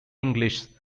english